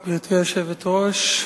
גברתי היושבת-ראש,